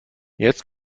jetzt